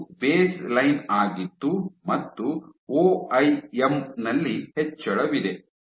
ಇದು ಬೇಸ್ಲೈನ್ ಆಗಿತ್ತು ಮತ್ತು ಒಐಎಂ ನಲ್ಲಿ ಹೆಚ್ಚಳವಿದೆ